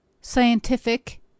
scientific